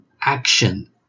action